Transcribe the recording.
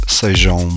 sejam